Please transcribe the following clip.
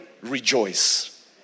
Rejoice